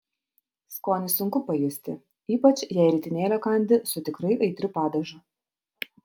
skonį sunku pajusti ypač jei ritinėlio kandi su tikrai aitriu padažu